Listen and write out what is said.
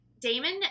Damon